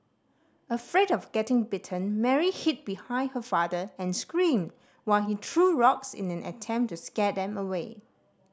afraid of getting bitten Mary hid behind her father and screamed while he threw rocks in an attempt to scare them away